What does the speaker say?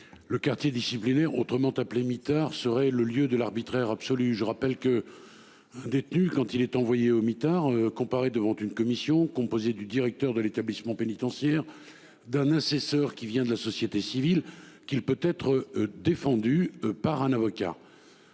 Le quartier disciplinaire, autrement appelé mitard serait le lieu de l'arbitraire absolu. Je rappelle que. Un détenu quand il est envoyé au mitard comparaît devant une commission composée du directeur de l'établissement pénitentiaire d'un assesseur qui vient de la société civile, qu'il peut être défendu par un avocat.